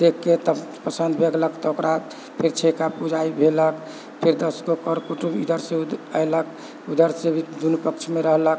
देखिके तब पसन्द भऽ गेलक तऽ ओकरा फेर छेका पूजाइ भेलक फेर दसगो कर कुटुम्ब इधरसँ अएलक उधरसँ भी दुनू पक्षमे रहलक